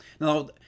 Now